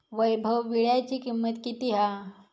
वैभव वीळ्याची किंमत किती हा?